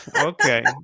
Okay